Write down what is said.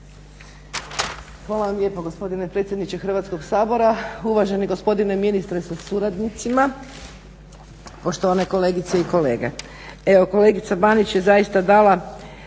Hvala vam lijepo gospodine predsjedniče Hrvatskog sabora, uvaženi gospodine ministre sa suradnicima, poštovane kolegice i kolege. Evo kolegica Banić je zaista dala